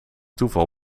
toeval